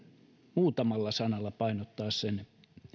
muutamalla sanalla painottaa sen